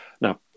now